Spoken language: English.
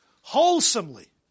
wholesomely